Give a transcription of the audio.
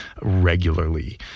regularly